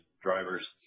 drivers